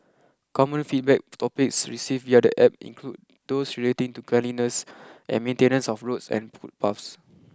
common feedback topics received via the App include those relating to cleanliness and maintenance of roads and footpaths